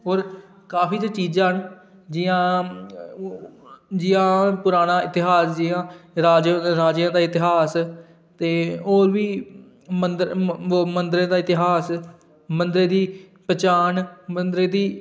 होर काफी चीज़ां न जियां पराना इतिहास जियां राजें दा इतिहास ते होर बी मंदरें दा इतिहास मंदरै दी पहचान मंदरै दी